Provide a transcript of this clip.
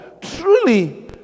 Truly